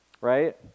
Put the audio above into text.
right